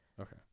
Okay